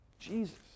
Jesus